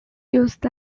used